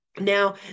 now